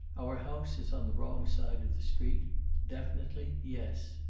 our house is on the wrong side of the street definitely yes.